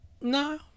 no